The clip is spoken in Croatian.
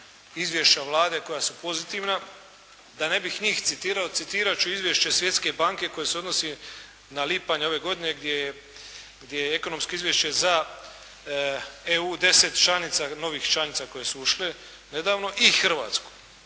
izvješća Vlade koja su pozitivna, da ne bih njih citirao citirati ću izvješće Svjetske banke koje se odnosi na lipanj ove godine gdje je ekonomsko izvješće za EU 10 članica, novih članica koje su ušle nedavno, i Hrvatsku.